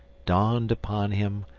dawned upon him,